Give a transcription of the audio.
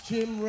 Jim